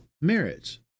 marriage